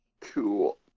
Cool